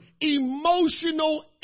emotional